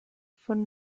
von